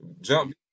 Jump